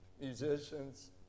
musicians